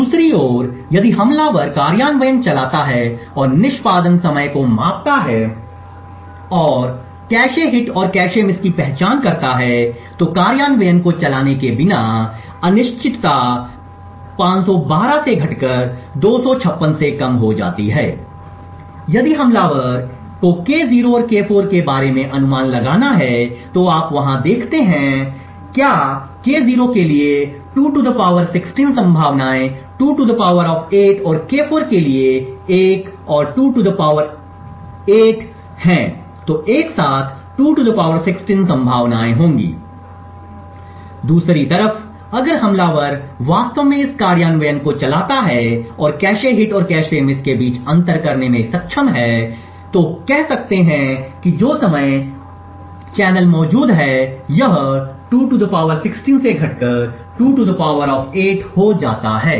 दूसरी ओर यदि हमलावर कार्यान्वयन चलाता है और निष्पादन समय को मापता है और कैश हिट और कैश मिस की पहचान करता है तो कार्यान्वयन को चलाने के बिना अनिश्चितता 512 से घटकर 256 से कम हो जाती है यदि हमलावर को K0 और K4 के बारे में अनुमान लगाना है तो आप वहां देखते हैं क्या K0 के लिए 2 16 संभावनाएं 2 8 और K4 के लिए एक और 2 8 हैं तो एक साथ 2 16 संभावनाएं होंगी दूसरी तरफ अगर हमलावर वास्तव में इस कार्यान्वयन को चलाता है और कैश हिट और कैश मिस के बीच अंतर करने में सक्षम है या कह सकते हैं कि जो समय चैनल मौजूद हैं यह 2 16 से घटकर 2 8 हो जाता है